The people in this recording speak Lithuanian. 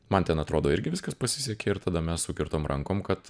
man ten atrodo irgi viskas pasisekė ir tada mes sukirtom rankom kad